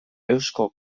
eusko